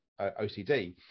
OCD